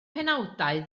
penawdau